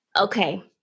Okay